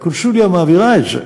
והקונסוליה מעבירה את זה.